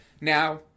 Now